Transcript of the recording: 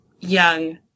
young